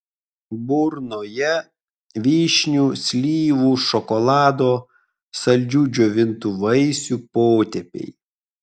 burnoje vyšnių slyvų šokolado saldžių džiovintų vaisių potėpiai